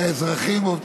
שהאזרחים,